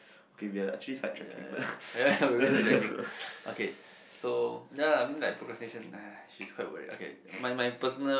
okay we are actually sidetracking